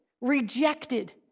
rejected